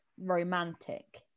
romantic